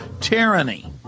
tyranny